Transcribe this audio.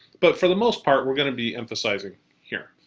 but for the most part we're gonna be emphasizing here.